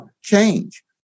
change